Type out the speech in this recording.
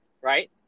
right